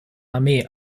armee